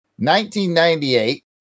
1998